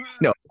No